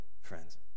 Friends